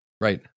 Right